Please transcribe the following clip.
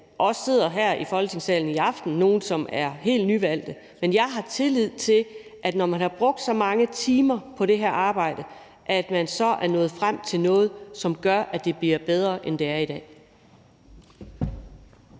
også sidder nogle her i Folketingssalen i aften, som er nyvalgte, men jeg har tillid til, at man, når man har brugt så mange timer på det her arbejde, er nået frem til noget, som gør, at det bliver bedre, end det er i dag.